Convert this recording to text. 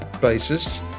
basis